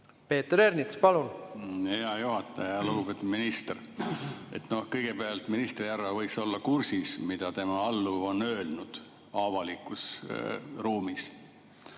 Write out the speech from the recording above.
Peeter Ernits, palun! Hea juhataja! Lugupeetud minister! Kõigepealt ministrihärra võiks olla kursis, mida tema alluv on öelnud avalikus ruumis,